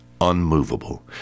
unmovable